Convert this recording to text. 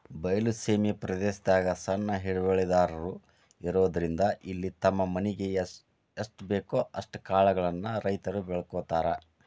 ಬಯಲ ಸೇಮಿ ಪ್ರದೇಶದಾಗ ಸಣ್ಣ ಹಿಡುವಳಿದಾರರು ಇರೋದ್ರಿಂದ ಇಲ್ಲಿ ತಮ್ಮ ಮನಿಗೆ ಎಸ್ಟಬೇಕೋ ಅಷ್ಟ ಕಾಳುಕಡಿಗಳನ್ನ ರೈತರು ಬೆಳ್ಕೋತಾರ